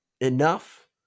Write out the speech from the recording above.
enough